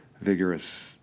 vigorous